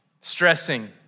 stressing